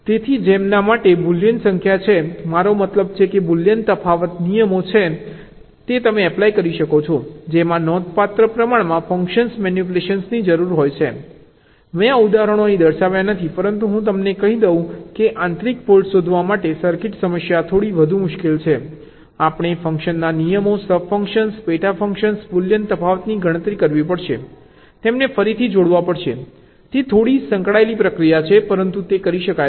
તેથી જેમના માટે બુલિયનની સંખ્યા છે મારો મતલબ છે કે બુલિયન તફાવત નિયમો કે જે તમે એપ્લાય કરી શકો છો જેમાં નોંધપાત્ર પ્રમાણમાં ફંક્શન મેનિપ્યુલેશનની જરૂર હોય છે મેં આ ઉદાહરણો અહીં દર્શાવ્યા નથી પરંતુ હું તમને કહી દઉં કે આંતરિક ફોલ્ટ્સ શોધવા માટે સર્કિટ સમસ્યા થોડી વધુ મુશ્કેલ છે આપણે ફંક્શનના નિયમો સબ ફંક્શન્સ પેટા ફંક્શન્સના બુલિયન તફાવતની ગણતરી કરવી પડશે તેમને ફરીથી જોડવા પડશે તે થોડી સંકળાયેલી પ્રક્રિયા છે પરંતુ તે કરી શકાય છે